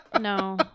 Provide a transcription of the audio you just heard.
No